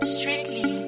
Strictly